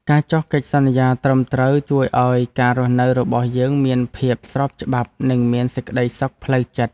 ការចុះកិច្ចសន្យាត្រឹមត្រូវជួយឱ្យការរស់នៅរបស់យើងមានភាពស្របច្បាប់ និងមានសេចក្តីសុខផ្លូវចិត្ត។